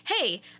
hey